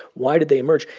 why did they emerge?